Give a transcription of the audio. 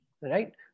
right